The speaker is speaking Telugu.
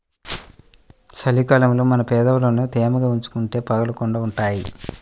చలి కాలంలో మన పెదవులని తేమగా ఉంచుకుంటే పగలకుండా ఉంటాయ్